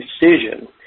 decision